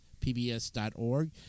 pbs.org